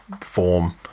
form